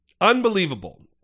Unbelievable